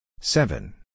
Seven